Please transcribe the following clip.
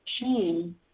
shame